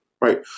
Right